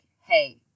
hey